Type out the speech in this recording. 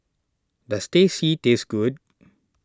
does Teh C taste good